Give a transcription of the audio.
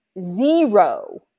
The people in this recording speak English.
zero